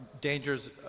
dangers